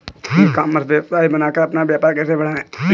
ई commerce website बनाकर अपना व्यापार कैसे बढ़ाएँ?